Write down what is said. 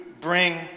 bring